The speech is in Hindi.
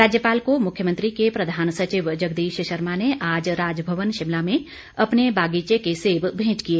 राज्यपाल को मुख्यमंत्री के प्रधान सचिव जगदीश शर्मा ने आज राजभवन शिमला में अपने बागीचे के सेब मेंट किए